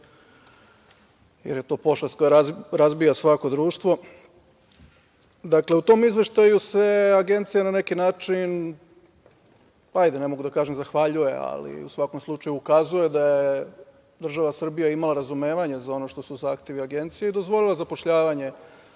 jer je to pošast koja razbija svako društvo. Dakle, u tom izveštaju se Agencija na neki način, ajde, ne mogu da kažem zahvaljuje, ali u svakom slučaju ukazuje da je država Srbija imala razumevanje za ono što su zahtevi Agencije i dozvolila zapošljavanje